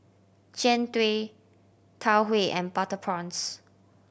Jian Dui Tau Huay and butter prawns